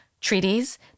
treaties